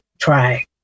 Try